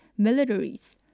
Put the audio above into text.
militaries